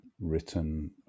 written